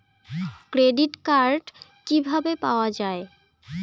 Credit card কিভাবে পাওয়া য়ায়?